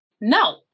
No